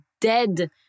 dead